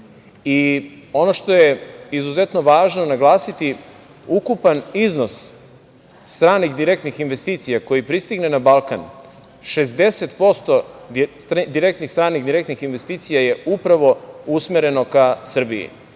Ono što je izuzetno važno naglasiti ukupan iznos stranih direktnih investicija koji pristigne na Balkan 60% stranih direktnih investicija je upravo usmereno ka Srbiji.